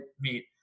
meet